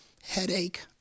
Headache